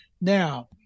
Now